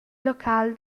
local